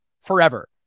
forever